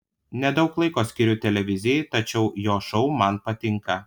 nedaug laiko skiriu televizijai tačiau jo šou man patinka